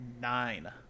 Nine